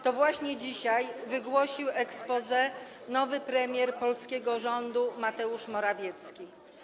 To właśnie dzisiaj wygłosił exposé nowy premier polskiego rządu Mateusz Morawiecki.